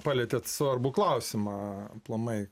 palietėt svarbų klausimą aplamai